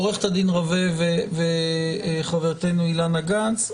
עורכת הדין רווה וחברתנו אילנה גנס,